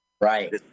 Right